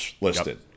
listed